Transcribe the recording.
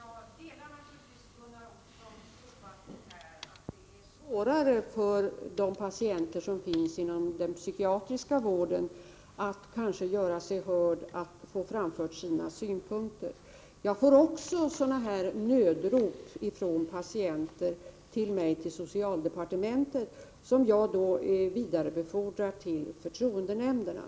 Herr talman! Jag delar naturligtvis Gunnar Olssons uppfattning att det är svårare för de patienter som finns inom den psykiatriska vården att göra sig hörda och att få sina synpunkter framförda. Jag får också höra sådana här nödrop från patienter i min verksamhet på socialdepartementet, vilka jag vidarebefordrar till förtroendenämnderna.